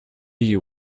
you